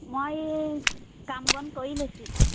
মই কাম বন কৰি লৈছোঁ এতিয়া